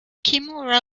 kimura